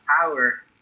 power